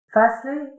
Firstly